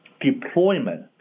deployment